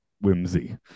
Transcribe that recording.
whimsy